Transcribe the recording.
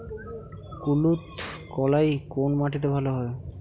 কুলত্থ কলাই কোন মাটিতে ভালো হয়?